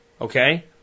Okay